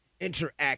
interact